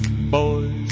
boys